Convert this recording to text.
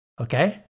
Okay